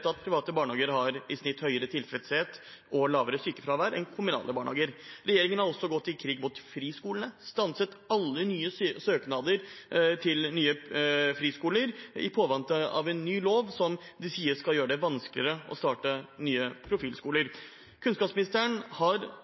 at private barnehager i snitt har høyere tilfredshet og lavere sykefravær enn kommunale barnehager. Regjeringen har også gått til krig mot friskolene og stanset alle nye søknader til nye friskoler i påvente av en ny lov som de sier skal gjøre det vanskeligere å starte nye profilskoler. Kunnskapsministeren har